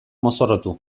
mozorrotu